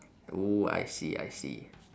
oo I see I see